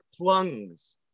plungs